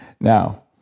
Now